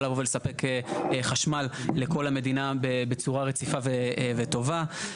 לבוא ולספק חשמל לכל המדינה בצורה רציפה וטובה.